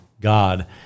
God